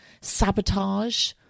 sabotage